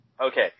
Okay